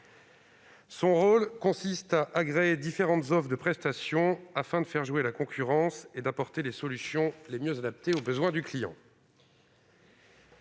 Son rôle consiste à agréger différentes offres de prestation afin de faire jouer la concurrence et d'apporter les solutions les mieux adaptées aux besoins des clients.